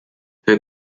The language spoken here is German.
wir